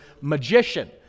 magician